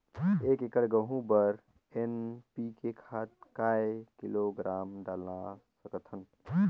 एक एकड़ गहूं बर एन.पी.के खाद काय किलोग्राम डाल सकथन?